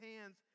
hands